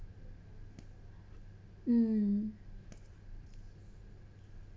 mm